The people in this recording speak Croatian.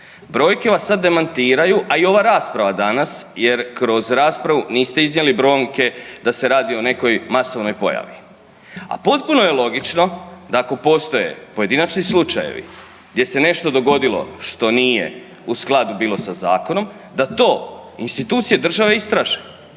Brojke vas sad demantiraju, a i ova rasprava danas jer kroz raspravu niste iznijeli brojke da se radi o nekoj masovnoj pojavi. A potpuno je logično da ako postoje pojedinačni slučajevi gdje se nešto dogodilo što nije u skladu bilo sa zakonom da to institucije države istraže.